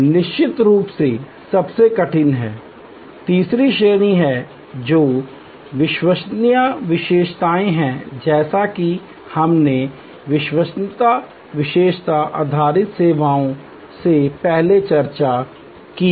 निश्चित रूप से सबसे कठिन तीसरी श्रेणी है जो विश्वसनीयता विशेषता है जैसा कि हमने विश्वसनीयता विशेषता आधारित सेवाओं से पहले चर्चा की है